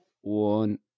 one